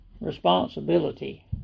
responsibility